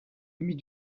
demie